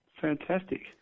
Fantastic